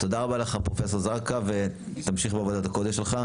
תודה רבה לך פרופסור זרקא ותמשיך בעבודת הקודש שלך,